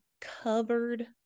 covered